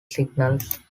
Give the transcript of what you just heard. signals